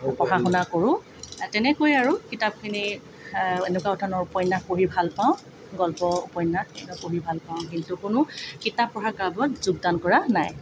পঢ়া শুনা কৰোঁ তেনেকৈয়ে আৰু কিতাপখিনি এনেকুৱা ধৰণৰ উপন্যাস পঢ়ি ভাল পাওঁ গল্প উপন্যাস এনেকৈ পঢ়ি ভাল পাওঁ কিন্তু কোনো কিতাপ পঢ়া ক্লাবত যোগদান কৰা নাই